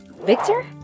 Victor